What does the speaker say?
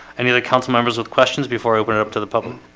any other council members with questions before i open it up to the problem?